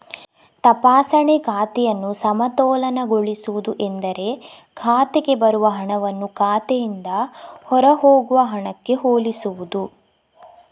ತಪಾಸಣೆ ಖಾತೆಯನ್ನು ಸಮತೋಲನಗೊಳಿಸುವುದು ಎಂದರೆ ಖಾತೆಗೆ ಬರುವ ಹಣವನ್ನು ಖಾತೆಯಿಂದ ಹೊರಹೋಗುವ ಹಣಕ್ಕೆ ಹೋಲಿಸುವುದು